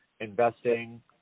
investing